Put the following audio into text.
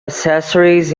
accessories